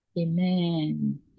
amen